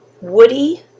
Woody